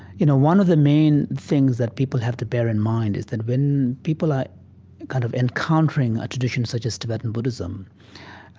you know one of the main things that people have to bear in mind is that when people are kind of encountering a tradition such as tibetan buddhism,